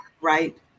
right